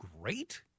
great